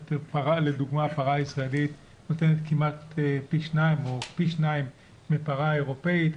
לדוגמה הפרה הישראלית נותנת כמעט פי 2 או פי 2 מפרה אירופאית,